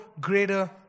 greater